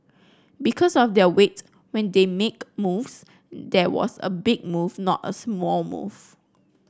because of their weight when they make moves there was a big move not a small move